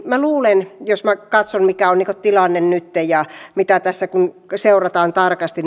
minä luulen jos katson mikä on tilanne nytten ja kun seurataan tarkasti